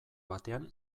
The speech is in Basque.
batean